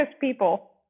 people